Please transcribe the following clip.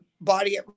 body